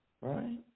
right